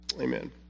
Amen